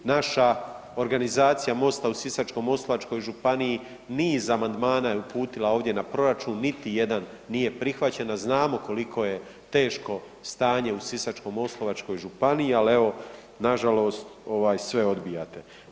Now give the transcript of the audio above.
Naša organizacija MOST-a u Sisačko-moslavačkoj županiji niz amandmana je uputila ovdje na proračun, niti jedan nije prihvaćen, a znamo koliko je teško stanje u Sisačko-moslavačkoj županiji, al evo nažalost ovaj sve odbijate.